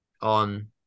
on